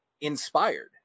inspired